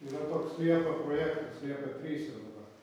yra toks liepa projektas liepa trys jau dabar